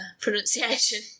pronunciation